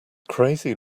crazy